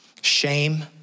Shame